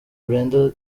brenda